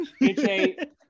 AJ